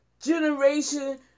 Generation